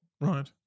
Right